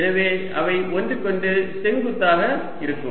எனவே அவை ஒன்றுக்கொன்று செங்குத்தாக இருக்கும்